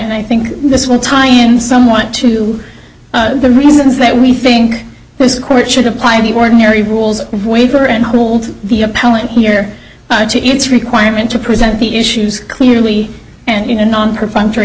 that i think this will tie in some want to the reasons that we think this court should apply the ordinary rules of waiver and hold the appellant here to its requirement to present the issues clearly and in a non perfunctory